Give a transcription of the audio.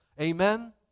Amen